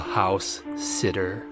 house-sitter